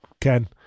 Ken